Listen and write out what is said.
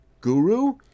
guru